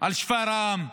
על שפרעם,